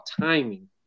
timing